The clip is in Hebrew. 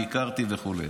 ביקרתי וכו',